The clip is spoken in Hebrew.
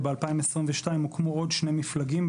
וב-2022 הוקמו עוד שני מפלגים,